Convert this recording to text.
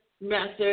method